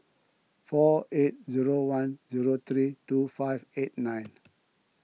four eight zero one zero three two five eight nine